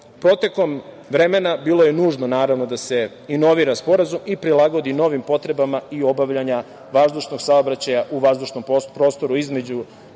Protokom vremena bilo nužno, naravno, da se inovira sporazum i prilagodi novim potrebama i obavljanja vazdušnog saobraćaja u vazdušnom prostoru između